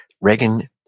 Reagan